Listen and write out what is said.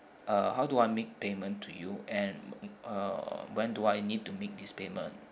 uh how do I make payment to you and uh when do I need to make this payment